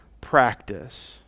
practice